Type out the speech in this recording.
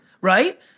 right